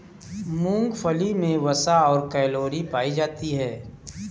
मूंगफली मे वसा और कैलोरी पायी जाती है